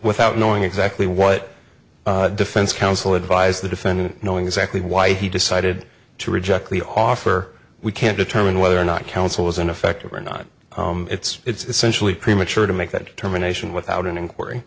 without knowing exactly what the defense counsel advised the defendant knowing exactly why he decided to reject the offer we can't determine whether or not counsel was ineffective or not it's essentially premature to make that determination without an inquiry